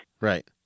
right